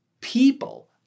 people